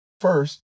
first